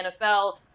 NFL